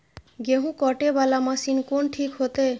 गेहूं कटे वाला मशीन कोन ठीक होते?